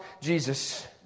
Jesus